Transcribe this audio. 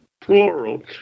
plural